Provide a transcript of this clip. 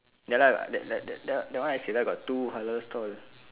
ya lah that that that that that one I say got two halal stall